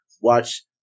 watch